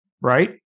right